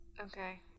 Okay